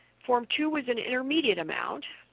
form two with an intermediate amount,